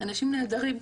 אנשים נהדרים,